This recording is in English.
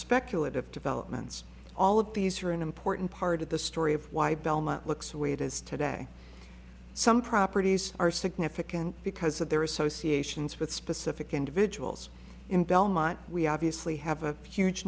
speculative developments all of these are an important part of the story of why belmont looks the way it is today some properties are significant because of their associations with specific individuals in belmont we obviously have a huge